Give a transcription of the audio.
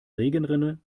regenrinne